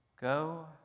Go